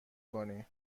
کنی